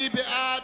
מי בעד?